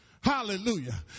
Hallelujah